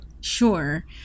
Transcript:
Sure